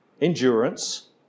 endurance